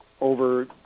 over